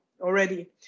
already